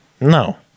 No